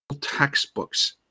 textbooks